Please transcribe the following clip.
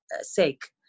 sake